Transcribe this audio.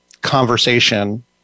conversation